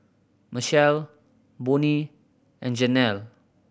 Michel Bonny and Jenelle